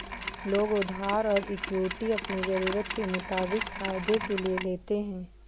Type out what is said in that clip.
लोग उधार और इक्विटी अपनी ज़रूरत के मुताबिक फायदे के लिए लेते है